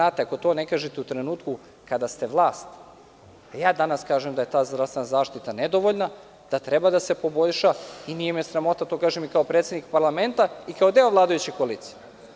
Ako to ne kažete u trenutku kada ste vlast, a ja danas kažem da je zdravstvena zaštita nedovoljna, da treba da se poboljša, nije me sramota da to kažem i kao predsednik parlamenta i kao deo vladajuće koalicije.